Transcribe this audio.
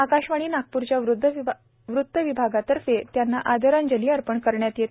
आकाशवाणी नागपूरच्या वृत्त विभागातर्फे त्यांना आदरांजली अर्पण करण्यात आली